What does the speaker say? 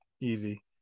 easy